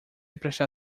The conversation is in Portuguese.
prestar